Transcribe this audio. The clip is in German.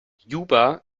juba